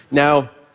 now,